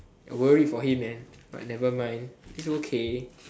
I worried for him man but nevermind it's okay